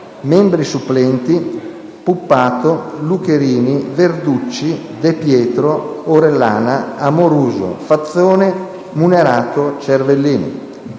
Membri supplenti, senatori: Puppato, Lucherini, Verducci, De Pietro, Orellana, Amoruso, Fazzone, Munerato e Cervellini.